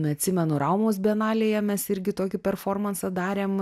atsimenu raumos bienalėje mes irgi tokį performansą darėm